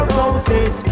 roses